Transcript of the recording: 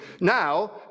now